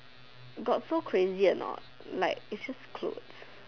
got so crazy or not like is just clothes